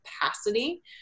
capacity